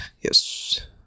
Yes